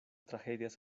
tragedias